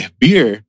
beer